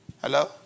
Hello